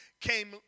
came